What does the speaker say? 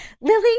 lily